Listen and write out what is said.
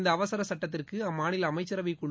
இந்த அவசர சுட்டத்திற்கு அம்மாநில அமைச்சரவைக் குழு